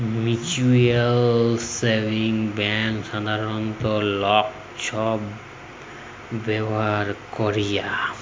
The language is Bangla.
মিউচ্যুয়াল সেভিংস ব্যাংক সাধারল লক ছব ব্যাভার ক্যরে